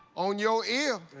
on your ear.